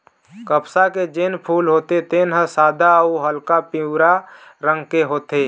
कपसा के जेन फूल होथे तेन ह सादा अउ हल्का पीवरा रंग के होथे